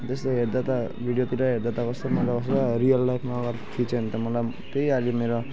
जस्तो हेर्दा त भिडियोतिर हेर्दा त कस्तो मजा आउँछ रियल लाइफमा अगर खिच्यो भने त मलाई त्यही अलि मेरो